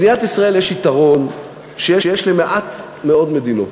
למדינת ישראל יש יתרון שיש למעט מאוד מדינות,